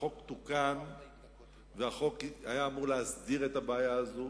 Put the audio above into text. החוק תוקן והחוק היה אמור להסדיר את הבעיה הזאת,